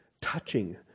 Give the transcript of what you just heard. touching